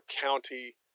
county